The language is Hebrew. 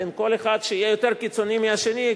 כל אחד יהיה יותר קיצוני מהשני,